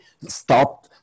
stop